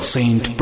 Saint